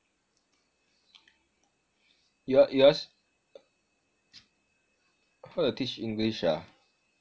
your yours how to teach english ah